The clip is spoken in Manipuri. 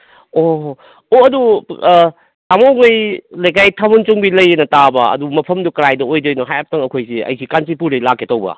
ꯑꯣ ꯍꯣ ꯍꯣ ꯑꯣ ꯑꯗꯨ ꯇꯥꯃꯣꯍꯣꯏ ꯂꯩꯀꯥꯏ ꯊꯥꯕꯜ ꯆꯣꯡꯕꯤ ꯂꯩꯌꯦꯅ ꯇꯥꯕ ꯑꯗꯨ ꯃꯐꯝꯗꯨ ꯀꯗꯥꯏꯗ ꯑꯣꯏꯗꯣꯏꯅꯣ ꯍꯥꯏꯔꯞꯇꯪ ꯑꯩꯈꯣꯏꯁꯤ ꯑꯩꯁꯤ ꯀꯥꯟꯆꯤꯄꯨꯔꯗꯩ ꯂꯥꯛꯀꯦ ꯇꯧꯕ